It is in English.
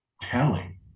telling